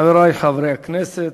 חברי חברי הכנסת,